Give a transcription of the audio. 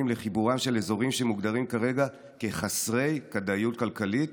לחיבורם של אזורים שמוגדרים כרגע כחסרי כדאיות כלכלית